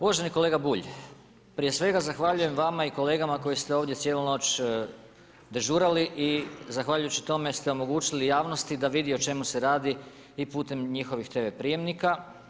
Uvaženi kolega Bulj, prije svega zahvaljujem vama i kolegama koji ste ovdje cijelu noć dežurali i zahvaljujući tome, ste omogućili javnosti da vide o čemu se radi i putem njihovih TV prijavnima.